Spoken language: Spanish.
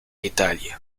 italia